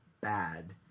bad